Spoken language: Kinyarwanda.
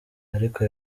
ariko